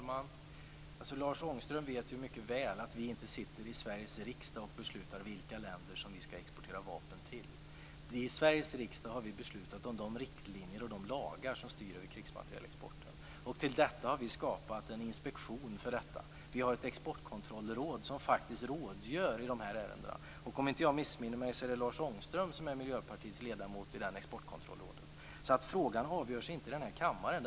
Fru talman! Lars Ångström vet mycket väl att Sveriges riksdag inte beslutar vilka länder som Sverige skall exportera vapen till. Sveriges riksdag har beslutat om de riktlinjer och de lagar som styr över krigsmaterielexporten. För detta har riksdagen skapat en inspektion. Det finns ett exportkontrollråd som faktiskt rådgör i dessa ärenden. Om jag inte missminner är Lars Ångström Miljöpartiets ledamot i Exportkontrollrådet. Frågan avgörs inte i kammaren.